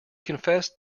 confessed